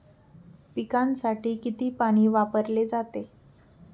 पिकांसाठी किती पाणी वापरले जाते?